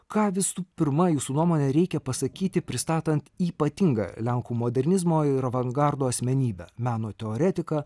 ką visų pirma jūsų nuomone reikia pasakyti pristatant ypatingą lenkų modernizmo ir avangardo asmenybę meno teoretiką